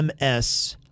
MS